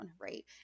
Right